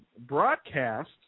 broadcast